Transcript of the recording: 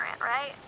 right